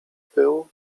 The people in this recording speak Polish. był